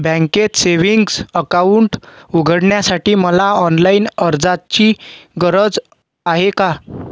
बँकेत savings account उघडण्यासाठी मला ऑनलाईन अर्जाची गरज आहे का?